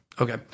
Okay